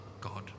God